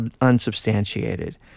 unsubstantiated